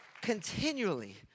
continually